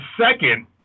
second